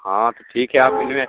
हाँ तो ठीक है आप इन्वेस्ट